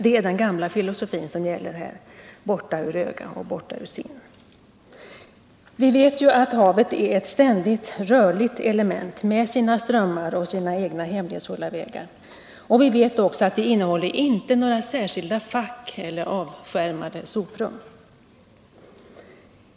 Det är den gamla filosofin som gäller här: Borta ur öga, borta ur sinn. Vi vet att havet är ett ständigt rörligt element med sina strömmar och sina egna hemlighetsfulla vägar, och vi vet också att det inte innehåller några särskilda fack eller avskärmade soprum.